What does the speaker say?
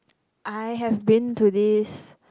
I have been to this